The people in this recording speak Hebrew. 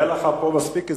היה לך פה מספיק זמן.